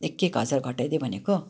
एक एक हजार घटाइ दिएँ भनेको